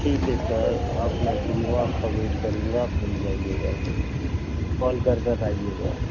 ٹھیک ہے سر آپ میں فری ہوں آپ کا ویٹ کروں گا آپ مل جائیے گا کال کر کر آئیے گا